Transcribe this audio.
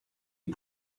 you